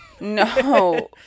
No